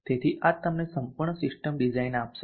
તેથી આ તમને સંપૂર્ણ સિસ્ટમ ડિઝાઇન આપશે